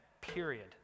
period